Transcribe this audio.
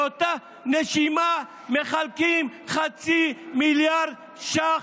באותה נשימה מחלקים חצי מיליארד ש"ח